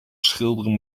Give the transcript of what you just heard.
schilderen